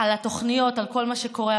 על התוכניות ועל כל מה שקורה,